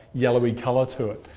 yellowy colour to it.